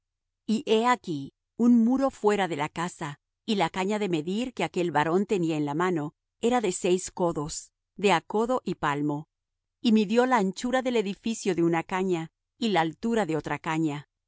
he aquí un muro fuera de la casa y la caña de medir que aquel varón tenía en la mano era de seis codos de á codo y palmo y midió la anchura del edificio de una caña y la altura de otra caña